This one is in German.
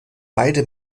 beide